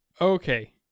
okay